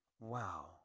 wow